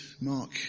Mark